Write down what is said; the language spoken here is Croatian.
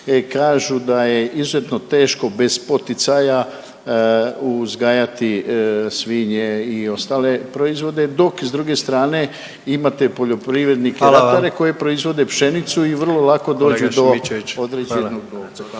kažu da je izuzetno teško bez poticaja uzgajati svinje i ostale proizvode dok s druge strane imate poljoprivrednike… …/Upadica predsjednik: Hvala vam/… …koji proizvode pšenicu i vrlo lako dođu do… …/Upadica